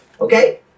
Okay